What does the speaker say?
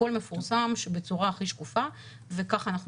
הכול מפורסם בצורה הכי שקופה וכך אנחנו